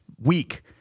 week